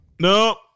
no